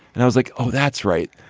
and i was like oh that's right.